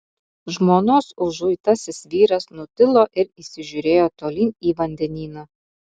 žmonos užuitasis vyras nutilo ir įsižiūrėjo tolyn į vandenyną